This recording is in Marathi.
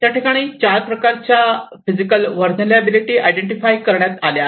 त्या ठिकाणी 4 प्रकारच्या फिजिकल व्हलनेरलॅबीलीटी आयडेंटिफाय करण्यात आले आहे